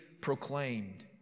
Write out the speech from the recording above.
proclaimed